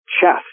chest